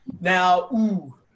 Now